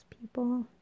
people